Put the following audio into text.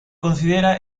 considera